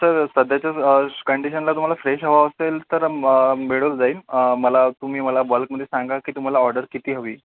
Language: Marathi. सर सध्याच्या कंडिशनला तुम्हाला फ्रेश हवा असेल तर मिळून जाईल मला तुम्ही मला बल्कमध्ये सांगा की तुम्हाला ऑर्डर किती हवी